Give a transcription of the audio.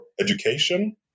education